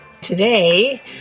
Today